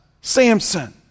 Samson